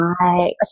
Right